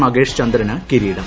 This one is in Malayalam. മഗേഷ് ചന്ദ്രന് കിരീടം